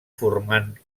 formant